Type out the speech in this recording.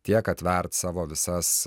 tiek atvert savo visas